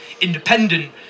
Independent